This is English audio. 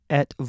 et